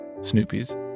Snoopy's